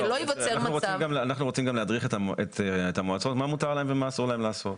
אנחנו רוצים גם להדריך את המועצות מה מותר להם ומה אסור להם לעשות.